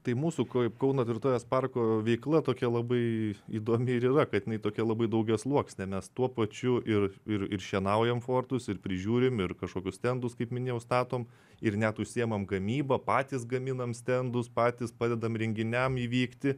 tai mūsų kaip kauno tvirtovės parko veikla tokia labai įdomi ir yra kad jinai tokia labai daugiasluoksnė mes tuo pačiu ir ir ir šienaujam fortus ir prižiūrim ir kažkokius stendus kaip minėjau statom ir net užsiimam gamyba patys gaminam stendus patys padedam renginiam įvykti